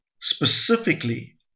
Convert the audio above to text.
Specifically